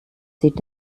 zieht